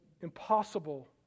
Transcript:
impossible